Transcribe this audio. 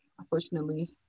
Unfortunately